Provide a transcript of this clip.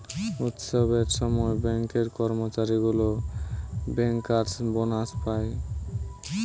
উৎসবের সময় ব্যাঙ্কের কর্মচারী গুলা বেঙ্কার্স বোনাস পায়